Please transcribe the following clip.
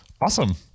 Awesome